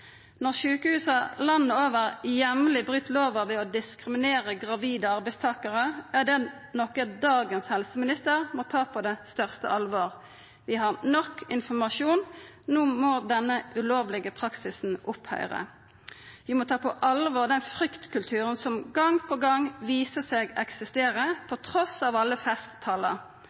Når sjukehusa landet over jamleg bryt lova ved å diskriminera gravide arbeidstakarar, er det noko dagens helse- og omsorgsminister må ta på det største alvor. Vi har nok informasjon. No må denne ulovlege praksisen ta slutt. Vi må ta på alvor den fryktkulturen som gong på gong viser seg å eksistera, trass i alle